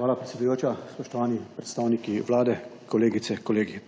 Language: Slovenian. Hvala, predsedujoča. Spoštovani predstavniki Vlade, kolegice, kolegi.